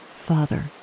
father